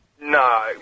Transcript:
No